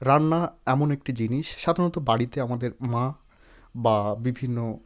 রান্না এমন একটি জিনিস সাধারণত বাড়িতে আমাদের মা বা বিভিন্ন